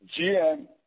GM